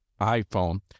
iPhone